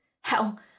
Hell